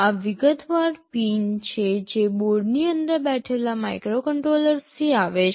આ વિગતવાર પિન છે જે બોર્ડની અંદર બેઠેલા માઇક્રોકન્ટ્રોલરથી આવે છે